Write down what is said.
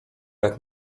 jak